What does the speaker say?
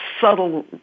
subtle